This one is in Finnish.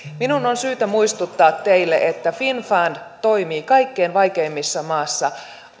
minun on syytä muistuttaa teille että finnfund toimii kaikkein vaikeimmissa maissa